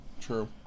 true